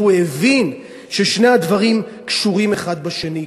והוא הבין ששני הדברים קשורים האחד בשני.